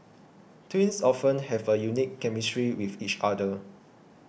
twins often have a unique chemistry with each other